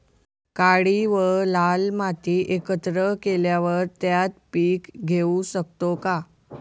काळी व लाल माती एकत्र केल्यावर त्यात पीक घेऊ शकतो का?